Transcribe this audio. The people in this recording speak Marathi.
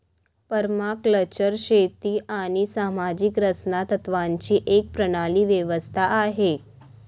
परमाकल्चर शेती आणि सामाजिक रचना तत्त्वांची एक प्रणाली व्यवस्था आहे